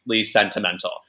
sentimental